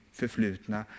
förflutna